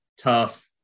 tough